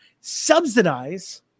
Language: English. subsidize